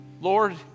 Lord